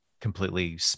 completely